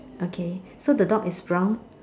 okay so the dog is brown